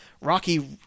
Rocky